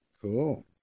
Cool